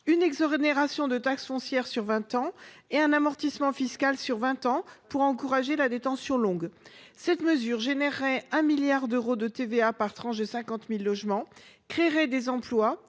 une exonération de taxe foncière sur vingt ans et un amortissement fiscal sur vingt ans pour encourager la détention longue. Cette mesure générerait 1 milliard d’euros de TVA par tranche de 50 000 logements, créerait des emplois